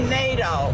nato